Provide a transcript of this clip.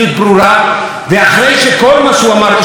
איך הוא מעז לחכות לפיוס בין אבו מאזן לחמאס?